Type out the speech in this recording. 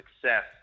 success